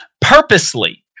purposely